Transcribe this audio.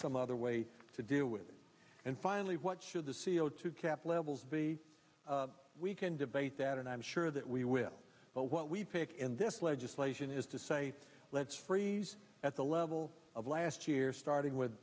some other way to deal with it and finally what should the c o two cap levels be we can debate that and i'm sure that we will but what we pick in this legislation is to say let's freeze at the level of last year starting with